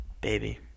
baby